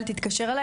אל תתקשר אליי,